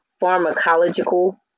pharmacological